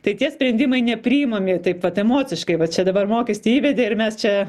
tai tie sprendimai nepriimami taip vat emociškai va čia dabar mokestį įvedė ir mes čia